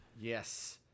Yes